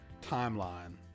timeline